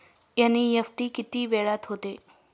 NEFT किती वेळात होते?